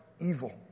evil